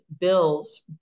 bills